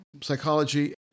psychology